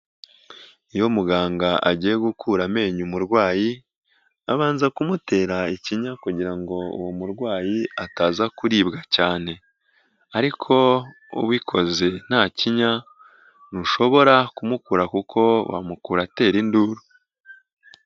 Iyo muganga agiye gukura amenyo umurwayi abanza kumutera ikinya kugira ngo uwo murwayi ataza kuribwa cyane ariko ubikoze ntakinya ntushobora kumukura kuko wamukura atera induru.